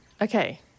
Okay